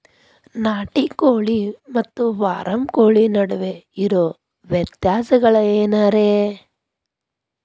ನಾಟಿ ಕೋಳಿ ಮತ್ತ ಫಾರಂ ಕೋಳಿ ನಡುವೆ ಇರೋ ವ್ಯತ್ಯಾಸಗಳೇನರೇ?